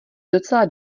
docela